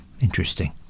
Interesting